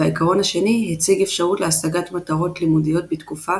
והעיקרון השני הציג אפשרות להשגת מטרות לימודיות בתקופה